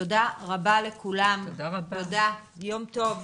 תודה רבה לכולם, יום טוב.